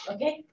Okay